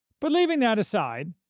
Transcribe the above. but leaving that aside,